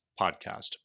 podcast